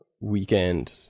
weekend